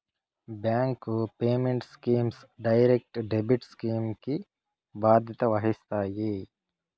bank payment schemes direct debit scheme కి బాధ్యత వహిస్తాయి